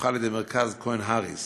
שפותחה על-ידי מרכז כהן-האריס